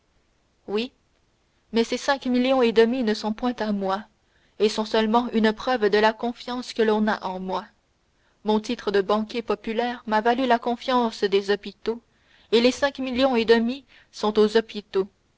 oui mais ces cinq millions et demi ne sont point à moi et sont seulement une preuve de la confiance que l'on a en moi mon titre de banquier populaire m'a valu la confiance des hôpitaux et les cinq millions et demi sont aux hôpitaux